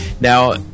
Now